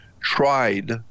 tried